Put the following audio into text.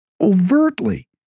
overtly